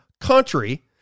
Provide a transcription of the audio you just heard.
country